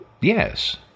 yes